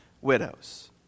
widows